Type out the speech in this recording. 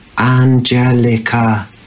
ANGELICA